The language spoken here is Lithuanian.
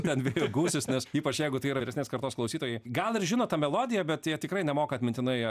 ten vėjo gūsis nes ypač jeigu tai yra vyresnės kartos klausytojai gal ir žino tą melodiją bet jie tikrai nemoka atmintinai